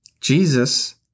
Jesus